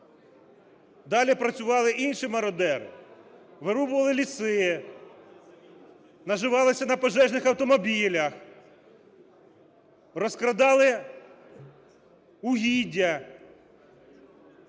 далі працювали інші мародери. Вирубували ліси, наживалися на пожежних автомобілях, розкрадали угіддя,